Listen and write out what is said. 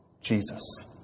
Jesus